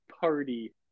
Party